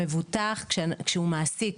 השירות שנקבעו בחוק למבוטח כשהוא מעסיק